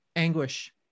Anguish